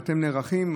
אתם נערכים,